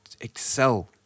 excel